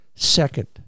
second